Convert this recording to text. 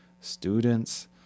students